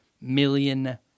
million